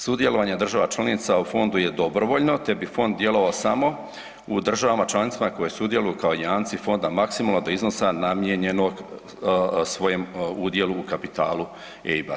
Sudjelovanje država članica u fondu je dobrovoljno te bi fond djelovao samo u državama članicama koje sudjeluju kao jamci fonda maksimalno do iznos namijenjenog svojem udjelu u kapitalu EIB-a.